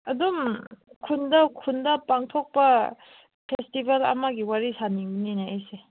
ꯑꯗꯨꯝ ꯈꯨꯟꯗ ꯄꯥꯡꯊꯣꯛꯄ ꯐꯦꯁꯇꯤꯚꯦꯜ ꯑꯃꯒꯤ ꯋꯥꯔꯤ ꯁꯥꯅꯤꯡꯉꯤꯅꯦ ꯑꯩꯁꯦ